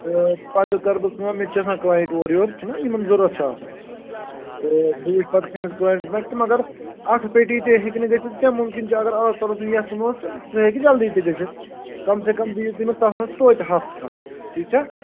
تہٕ پَتہٕ کَرٕ بہٕ کٲم مےٚ چھِ آسان کلاینٛٹ اورٕ یور چھُنا یِمَن ضروٗرت چھُ آسان تہٕ بہٕ وُچھٕ پَتہٕ کٔمِس کلاینٛٹس لَگہٕ تہٕ مگر اَتھٕ پٮ۪ٹھی تیٚے ہیٚکہِ نہٕ گٔژھِتھ کیٚنٛہہ مُمکِن چھُ اگر اللہ تعالیٰ سُنٛد یَژھُن اوس سُہ ہیٚکہِ جلدی تہِ گٔژھِتھ کم سے کم دِیِو تُہۍ مےٚ تتھ مَنٛز توتہٕ ہفتہٕ کھَنٛڈ ٹھیٖک چھا